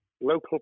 local